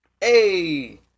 Hey